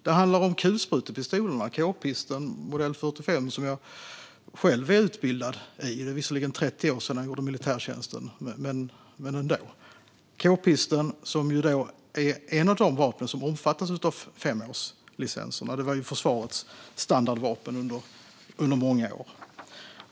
Det handlar om kulsprutepistolerna, k-pisten av modell 45, som jag själv är utbildad i. Det är visserligen 30 år sedan jag gjorde militärtjänsten, men ändå. K-pisten är ett av de vapen som omfattas av femårslicenserna; det var försvarets standardvapen under många år.